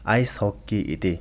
ice hockey इति